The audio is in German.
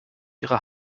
ihrer